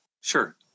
Sure